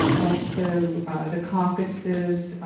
um also the caucasus,